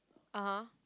(uh huh)